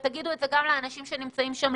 ותגידו את זה גם לאנשים למעלה.